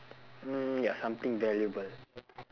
mm ya something valuable